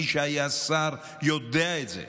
מי שהיה שר יודע את זה.